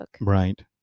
right